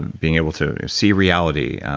being able to see reality.